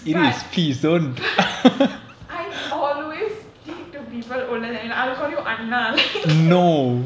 but but I always to people older to me like I'll call you அண்ணா:anna like